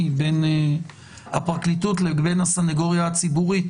בין הפרקליטות לבין הסניגוריה הציבורית.